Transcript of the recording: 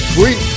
Sweet